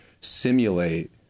simulate